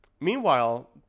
Meanwhile